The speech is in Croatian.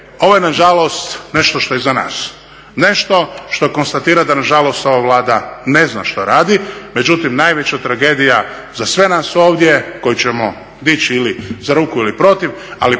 ovo je na žalost nešto što je iza nas, nešto što konstatira da na žalost ova Vlada ne zna što radi. Međutim, najveća tragedija za sve nas ovdje koji ćemo dići ruku za ili protiv. Ali posebno